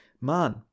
man